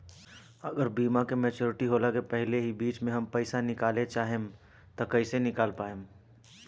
अगर बीमा के मेचूरिटि होला के पहिले ही बीच मे हम पईसा निकाले चाहेम त कइसे निकाल पायेम?